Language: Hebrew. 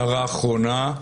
הערה אחרונה.